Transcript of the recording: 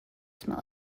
smell